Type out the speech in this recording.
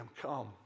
Come